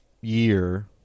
year